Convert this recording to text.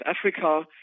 Africa